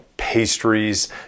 pastries